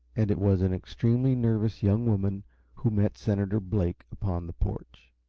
and it was an extremely nervous young woman who met senator blake upon the porch.